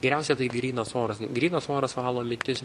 geriausia tai grynas oras grynas oras valo mintis